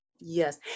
Yes